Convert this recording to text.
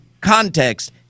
context